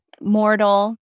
mortal